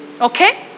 Okay